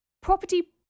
property